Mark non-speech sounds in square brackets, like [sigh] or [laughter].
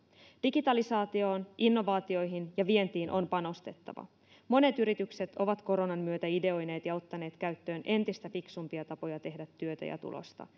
digitalisaatioon innovaatioihin ja vientiin on panostettava monet yritykset ovat koronan myötä ideoineet ja ottaneet käyttöön entistä fiksumpia tapoja tehdä työtä ja tulosta [unintelligible]